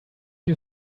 you